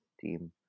team